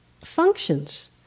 functions